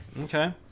Okay